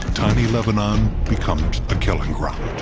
tiny lebanon becomes a killing ground.